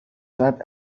sad